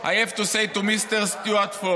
I have to say to Mr. Stuart Force,